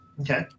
Okay